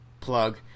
Plug